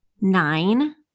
nine